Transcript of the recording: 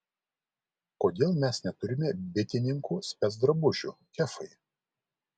kodėl mes neturime bitininkų specdrabužių kefai